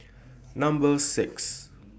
Number six